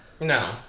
No